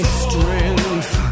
strength